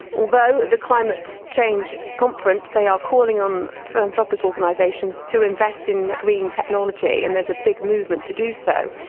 although at the climate change conference they are calling on philanthropic organisations to invest in green technology, and there's a big movement to do so.